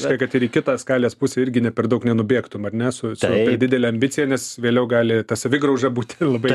už tai kad ir į kitą skalės pusę irgi ne per daug nenubėgtum ar ne su labai didele ambicija nes vėliau gali ta savigrauža būt ir labai